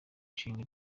nshinga